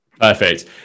Perfect